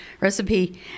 recipe